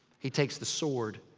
he takes the sword.